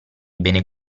beni